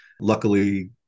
luckily